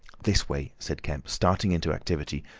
this way, said kemp, starting into activity,